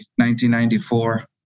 1994